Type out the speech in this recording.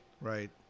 Right